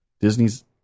Disney's